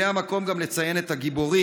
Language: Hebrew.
זה גם המקום לציין את הגיבורים,